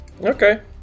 Okay